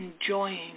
enjoying